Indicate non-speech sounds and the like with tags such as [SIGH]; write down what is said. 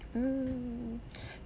mm [NOISE] [BREATH]